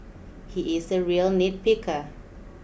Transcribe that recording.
he is a real nitpicker